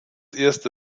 erste